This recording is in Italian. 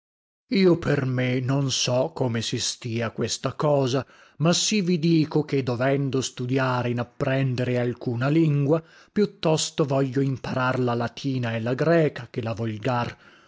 io per me non so come si stia questa cosa ma sì vi dico che dovendo studiare in apprendere alcuna lingua più tosto voglio imparar la latina e la greca che la volgar